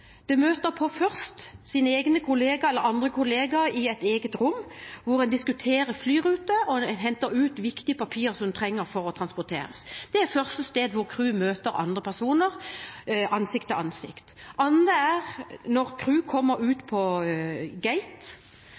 Det møter først på sine egne kollegaer – eller andre kollegaer – i et eget rom, hvor en diskuterer flyruter og henter ut viktige papirer som en trenger for transporten. Det er det første stedet hvor crewet møter andre personer ansikt til ansikt. Det andre stedet er når crewet kommer ut